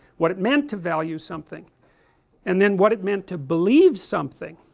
what it meant to value something and then what it meant to believe something